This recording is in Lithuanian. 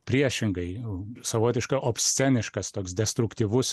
priešingai jau savotiškai obsceniškas toks destruktyvus